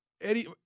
Eddie